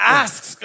asks